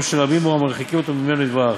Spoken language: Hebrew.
שרבים בו המרחיקים אותו ממנו יתברך,